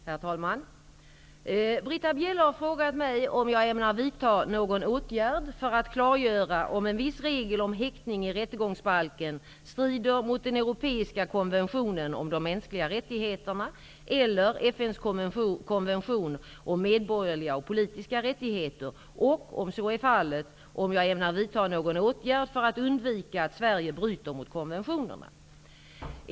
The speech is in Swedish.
Herr talman! Britta Bjelle har frågat mig om jag ämnar vidta någon åtgärd för att klargöra om en viss regel om häktning i rättegångsbalken strider mot den europeiska konventionen om de mänskliga rättigheterna eller FN:s konvention om medborgerliga och politiska rättigheter och, om så är fallet, om jag ämnar vidta någon åtgärd för att undvika att Sverige bryter mot konventionerna.